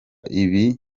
ibi